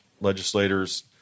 legislators